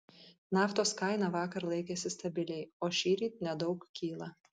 naftos kaina vakar laikėsi stabiliai o šįryt nedaug kyla